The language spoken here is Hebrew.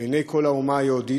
לעיני כל האומה היהודית,